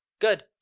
Good